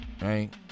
right